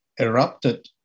erupted